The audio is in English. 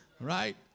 Right